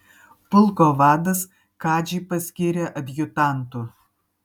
pulko vadas kadžį paskyrė adjutantu